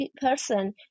person